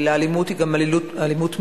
אלא היא גם אלימות מילולית,